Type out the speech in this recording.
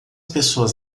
pessoas